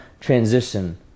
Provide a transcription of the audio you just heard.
transition